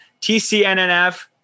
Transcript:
TCNNF